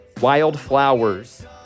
Wildflowers